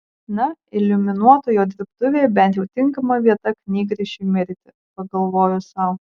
na iliuminuotojo dirbtuvė bent jau tinkama vieta knygrišiui mirti pagalvojo sau